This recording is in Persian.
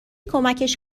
کمکش